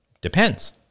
Depends